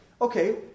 Okay